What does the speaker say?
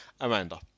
Amanda